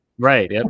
Right